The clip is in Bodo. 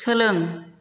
सोलों